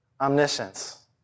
omniscience